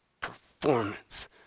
performance